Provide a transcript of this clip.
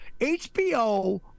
HBO